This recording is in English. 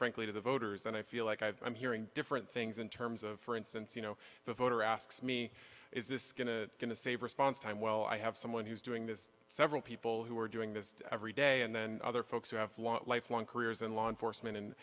frankly to the voters and i feel like i'm hearing different things in terms of for instance you know the voter asks me is this going to going to save response time well i have someone who's doing this several people who are doing this every day and then other folks who have long life long careers in law enforcement and